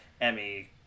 Emmy